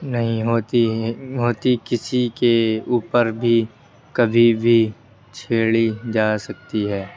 نہیں ہوتی ہے ہوتی کسی کے اوپر بھی کبھی بھی چھیڑی جا سکتی ہے